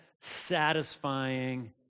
satisfying